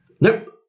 Nope